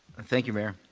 and thank you, mayor.